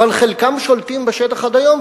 אבל חלקם שולטים בשטח עד היום,